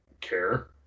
care